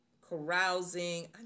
Carousing